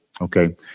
Okay